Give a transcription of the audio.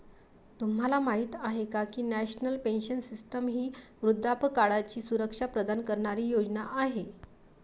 तुम्हाला माहिती आहे का की नॅशनल पेन्शन सिस्टीम ही वृद्धापकाळाची सुरक्षा प्रदान करणारी योजना आहे